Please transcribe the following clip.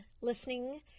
listening